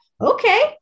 okay